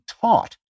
taught